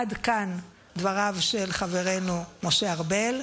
עד כאן דבריו של חברנו משה ארבל.